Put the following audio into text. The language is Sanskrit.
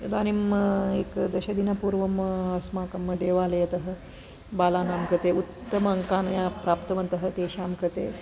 इदानीम् एक दशदिनपूर्वम् अस्माकं देवालयतः बालानां कृते उत्तम अङ्कान् ये प्राप्तवन्तः तेषां कृते